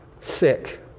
sick